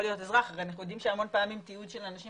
להיות אזרח הרי אנחנו יודעים שהמון פעמים תיעוד של אנשים